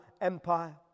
empire